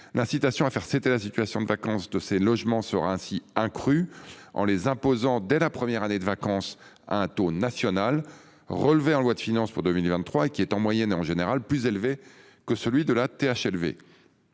L'incitation à faire cesser la situation de vacance de ces logements sera ainsi accrue, en les imposant dès la première année de vacance à un taux national, relevé dans la loi de finances pour 2023 et qui est, en moyenne, plus élevé que celui de la THLV.